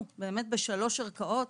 באמת בשלוש ערכאות,